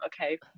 okay